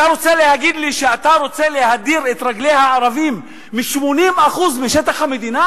אתם רוצים להגיד לי שאתם רוצים להדיר את רגלי הערבים מ-80% משטח המדינה?